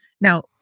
Now